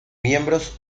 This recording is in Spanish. miembros